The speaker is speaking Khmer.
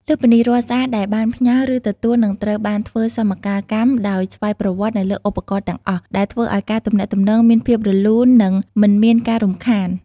លើសពីនេះ រាល់សារដែលបានផ្ញើ ឬទទួល នឹងត្រូវបានធ្វើសមកាលកម្មដោយស្វ័យប្រវត្តិនៅលើឧបករណ៍ទាំងអស់ ដែលធ្វើឱ្យការទំនាក់ទំនងមានភាពរលូន និងមិនមានការរំខាន។